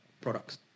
products